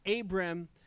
Abram